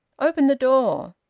open the door,